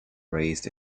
raised